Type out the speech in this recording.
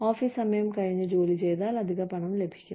office സമയം കഴിഞ്ഞ് ജോലി ചെയ്താൽ അധിക പണം ലഭിക്കും